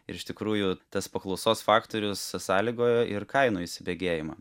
ir iš tikrųjų tas paklausos faktorius sąlygojo ir kainų įsibėgėjimą